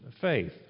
faith